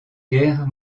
guerre